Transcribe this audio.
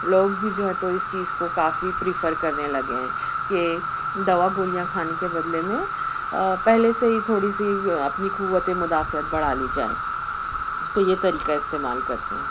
لوگ بھی جو ہے تو اس چیز کو کافی پریفر کرنے لگے ہیں کہ دوا گولیاں کھانے کے بدلے میں پہلے سے ہی تھوڑی سی اپنی قوت مدافعت بڑھا لی جائیں تو یہ طریقہ استعمال کرتے ہیں